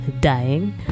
dying